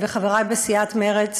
חברי בסיעת במרצ,